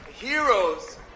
Heroes